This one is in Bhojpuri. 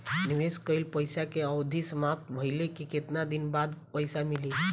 निवेश कइल पइसा के अवधि समाप्त भइले के केतना दिन बाद पइसा मिली?